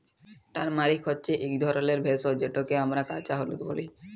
turmeric হছে ইক ধরলের ভেষজ যেটকে আমরা কাঁচা হলুদ ব্যলি